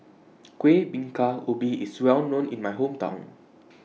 Kuih Bingka Ubi IS Well known in My Hometown